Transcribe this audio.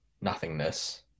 nothingness